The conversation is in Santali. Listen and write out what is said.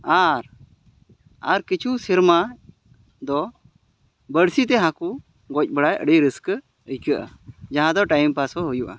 ᱟᱨ ᱟᱨ ᱠᱤᱪᱷᱩ ᱥᱮᱨᱢᱟ ᱫᱚ ᱵᱟᱹᱲᱥᱤ ᱛᱮ ᱦᱟᱹᱠᱩ ᱜᱚᱡ ᱵᱟᱲᱟᱭ ᱟᱹᱰᱤ ᱨᱟᱹᱥᱠᱟᱹ ᱟᱹᱭᱠᱟᱹᱜᱼᱟ ᱡᱟᱦᱟᱸ ᱫᱚ ᱴᱟᱭᱤᱢ ᱯᱟᱥ ᱦᱚᱸ ᱦᱩᱭᱩᱜᱼᱟ